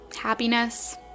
happiness